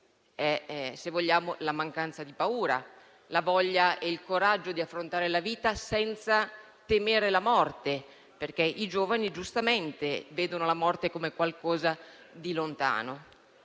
la mancanza di paura, la voglia e il coraggio di affrontare la vita senza temere la morte, perché giustamente i giovani vedono la morte come qualcosa di lontano.